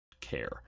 care